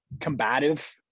combative